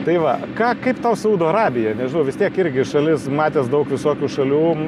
tai va ką kaip tau saudo arabija nežinau vis tiek irgi šalis matęs daug visokių šalių